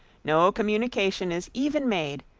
no communication is even made,